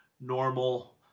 normal